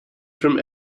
from